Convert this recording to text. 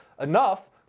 enough